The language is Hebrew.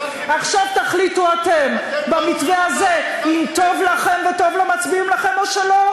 עכשיו תחליטו אתם אם המתווה הזה טוב לכם וטוב למצביעים לכם או לא,